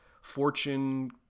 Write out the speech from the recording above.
fortune